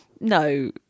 no